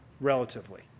relatively